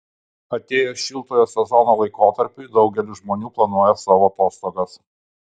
atėjus šiltojo sezono laikotarpiui daugelis žmonių planuoja savo atostogas